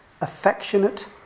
affectionate